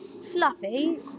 Fluffy